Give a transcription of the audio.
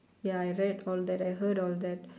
ya I read all that I heard all that